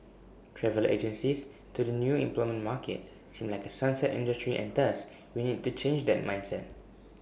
travel agencies to the new employment market seem like A sunset industry and thus we need to change that mindset